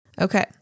Okay